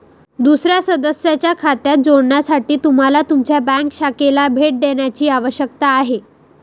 दुसर्या सदस्याच्या खात्यात जोडण्यासाठी तुम्हाला तुमच्या बँक शाखेला भेट देण्याची आवश्यकता आहे